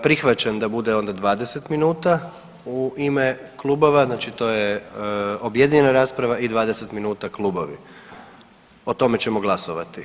Prihvaćam da bude onda 20 minuta u ime klubova, znači to je objedinjena rasprava i 20 minuta klubovi, o tome ćemo glasovati.